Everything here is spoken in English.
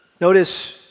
Notice